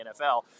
NFL